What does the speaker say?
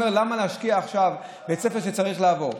אומר: למה להשקיע עכשיו בבית ספר שצריך לעבור?